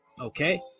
Okay